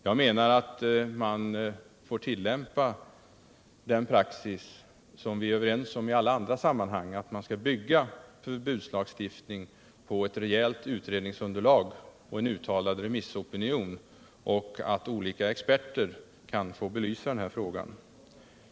Jag menar att man får tillämpa den praxis som vi är överens om i alla andra sammanhang, att man skall bygga en eventuell förbudslagstiftning på ett rejält utredningsunderlag och en uttalad remissopinion och på att olika experter kunnat få belysa frågan.